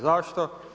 Zašto?